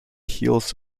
hills